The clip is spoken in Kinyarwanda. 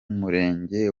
murenge